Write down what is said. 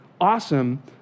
awesome